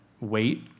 wait